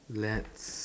let's